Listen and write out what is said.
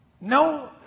No